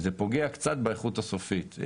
זה פוגע קצת באיכות הסופית.